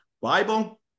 bible